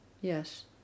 Yes